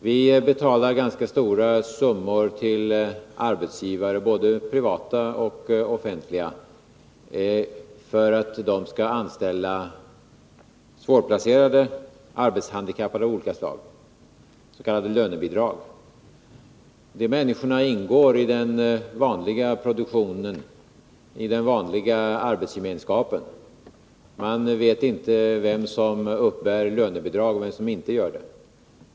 Vi betalar ganska stora summor till arbetsgivare, både privata och offentliga, för att de skall anställa svårplacerade, arbetshandikappade av olika slag — s.k. lönebidrag. De människorna ingår i den vanliga produktionen, i den vanliga arbetsgemenskapen. Man vet inte vem som uppbär lönebidrag och vem som inte gör det.